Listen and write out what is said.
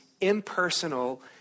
impersonal